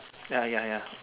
ya ya ya